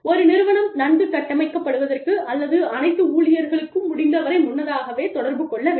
ஒரு நிறுவனம் நன்கு கட்டமைக்கப்படுவதற்கு அனைத்து ஊழியர்களுக்கும் முடிந்தவரை முன்னதாகவே தொடர்பு கொள்ள வேண்டும்